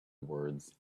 words